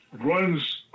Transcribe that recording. runs